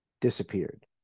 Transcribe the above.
disappeared